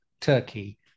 Turkey